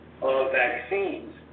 vaccines